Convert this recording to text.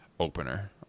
opener